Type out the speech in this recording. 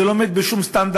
זה לא עומד בשום סטנדרט